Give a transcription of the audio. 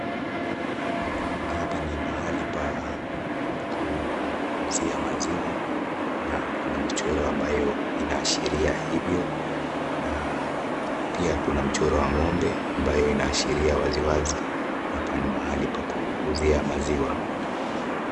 Hapa ni mahali pa kuuzia maziwa na kuna michoro ambayo inaashiria hivo na pia kuna mchoro wa ng'ombe ambayo inaashiria wazi wazi hapa ni mahali pa kuuzia maziwa.